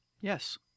Yes